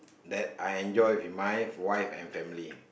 that I enjoy with my wife and family